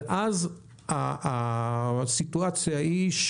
ואז הסיטואציה היא,